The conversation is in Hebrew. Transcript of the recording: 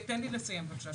תן לי לסיים בבקשה.